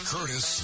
Curtis